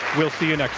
we'll see you like